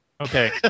Okay